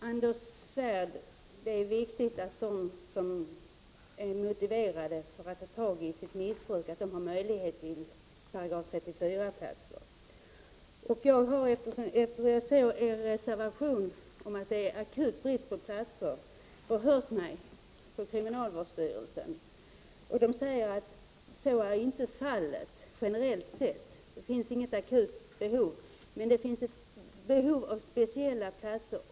Anders Svärd! Det är viktigt att de som är motiverade att ta tag i sitt missbruk har möjlighet till § 34-platser. Eftersom jag ser i er reservation att det är akut brist på platser, har jag förhört mig på kriminalvårdsstyrelsen. Där säger man att detta inte är fallet generellt sett. Det finns inget akut behov. Men det finns ett behov av speciella platser.